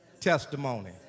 testimony